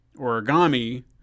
origami